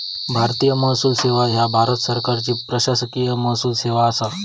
भारतीय महसूल सेवा ह्या भारत सरकारची प्रशासकीय महसूल सेवा असा